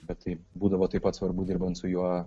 bet tai būdavo taip pat svarbu dirbant su juo